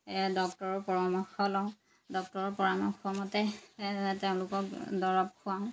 ডক্তৰৰ পৰামৰ্শ লওঁ ডক্তৰৰ পৰামৰ্শ মতে তেওঁলোকক দৰৱ খুৱাওঁ